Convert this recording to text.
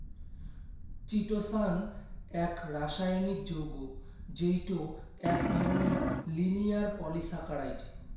chitosan এক রাসায়নিক যৌগ্য যেইটো এক ধরণের লিনিয়ার পলিসাকারাইড